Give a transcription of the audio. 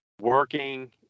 working